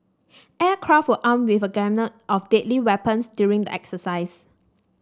aircraft were armed with a gamut of deadly weapons during the exercise